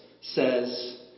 says